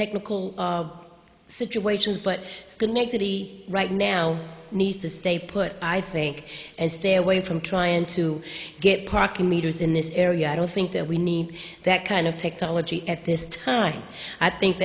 technical situations but it's connected to the right now needs to stay put i think and stay away from trying to get parking meters in this area i don't think that we need that kind of technology at this time i think